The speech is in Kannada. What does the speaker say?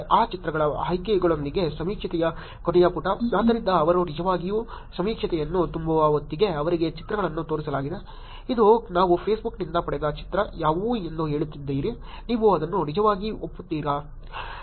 ಆ ಚಿತ್ರಗಳ ಆಯ್ಕೆಗಳೊಂದಿಗೆ ಸಮೀಕ್ಷೆಯ ಕೊನೆಯ ಪುಟ ಆದ್ದರಿಂದ ಅವರು ನಿಜವಾಗಿಯೂ ಸಮೀಕ್ಷೆಯನ್ನು ತುಂಬುವ ಹೊತ್ತಿಗೆ ಅವರಿಗೆ ಚಿತ್ರಗಳನ್ನು ತೋರಿಸಲಾಗಿದೆ ಇದು ನಾವು ಫೇಸ್ಬುಕ್ನಿಂದ ಪಡೆದ ಚಿತ್ರ ಯಾವುದು ಎಂದು ಹೇಳುತ್ತಿದ್ದೀರಿ ನೀವು ಅದನ್ನು ನಿಜವಾಗಿ ಒಪ್ಪುತ್ತೀರಾ